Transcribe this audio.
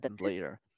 later